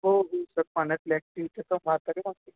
हो हो सर पाण्यात